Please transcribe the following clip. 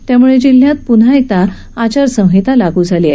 त्यामुळे जिल्ह्यात पून्हा एकदा आचारसंहिता लागू झाली आहे